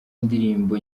indirimbo